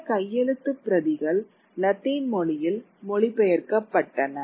சில கையெழுத்துப் பிரதிகள் லத்தீன் மொழியில் மொழிபெயர்க்கப்பட்டன